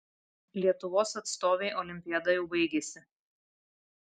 lietuvos atstovei olimpiada jau baigėsi